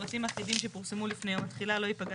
מפרטים עתידיים שפורסמו לפני יום התחילה לא יפגע